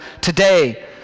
today